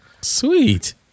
Sweet